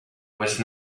was